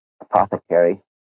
apothecary